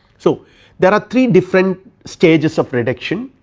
so there are three different stages of reduction,